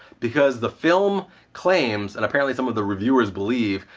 because the film claims and apparently some of the reviewers believe,